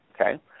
okay